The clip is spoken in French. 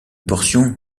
portion